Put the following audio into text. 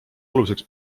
aluseks